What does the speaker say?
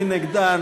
מי נגד?